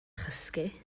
chysgu